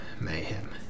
Mayhem